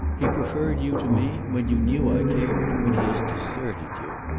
he preferred you to me, when you knew i cared. but he has deserted you.